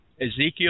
Ezekiel